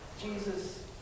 Jesus